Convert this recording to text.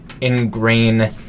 ingrain